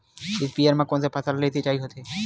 स्पीयर म कोन फसल के सिंचाई होथे?